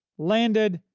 landed,